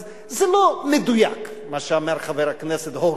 אז זה לא מדויק מה שאומר חבר הכנסת הורוביץ.